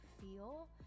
feel